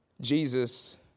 Jesus